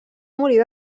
morir